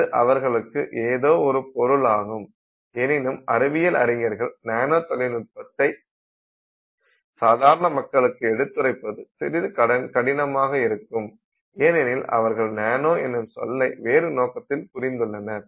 அது அவர்களுக்கு ஏதோ ஒரு பொருளாகும் எனினும் அறிவியல் அறிஞர்கள் நானோ தொழில்நுட்பத்தை சாதாரண மக்களுக்கு எடுத்துரைப்பது சிறிது கடினமாக இருக்கும் ஏனெனில் அவர்கள் நானோ என்னும் சொல்லை வேறு நோக்கத்தில் புரிந்துள்ளனர்